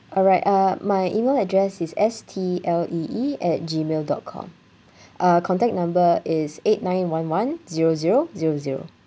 alright uh my email address is S T L E E at gmail dot com uh contact number is eight nine one one zero zero zero zero